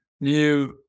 new